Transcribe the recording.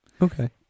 Okay